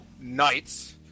Knights